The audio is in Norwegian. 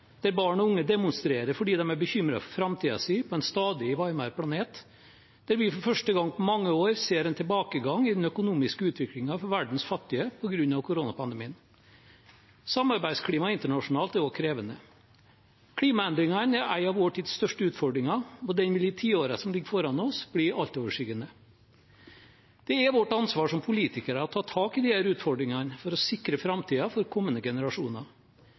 der barn og unge demonstrerer fordi de er bekymret for framtiden sin, for en stadig varmere planet, og der vi for første gang på mange år ser en tilbakegang i den økonomiske utviklingen for verdens fattige på grunn av koronapandemien. Samarbeidsklimaet internasjonalt er også krevende. Klimaendringene er en av vår tids største utfordringer, og den vil i tiårene som ligger foran oss, bli altoverskyggende. Det er vårt ansvar som politikere å ta tak i disse problemstillingene for å sikre framtiden for kommende generasjoner.